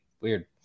Weird